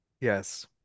Yes